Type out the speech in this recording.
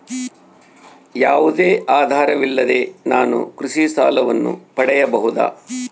ಯಾವುದೇ ಆಧಾರವಿಲ್ಲದೆ ನಾನು ಕೃಷಿ ಸಾಲವನ್ನು ಪಡೆಯಬಹುದಾ?